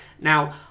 Now